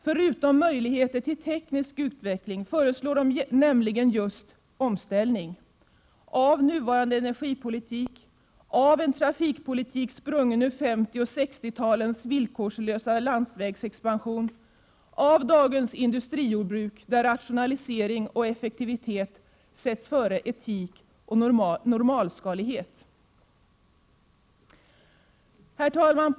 Förutom möjligheter till teknisk utveckling föreslår de nämligen just omställning — av nuvarande energipolitik — av en trafikpolitik sprungen ur 50 och 60-talens villkorslösa landsvägsexpansion — av dagens industrijordbruk där rationalisering och effektivitet sätts före etik och normalskalighet. Herr talman!